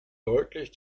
deutlich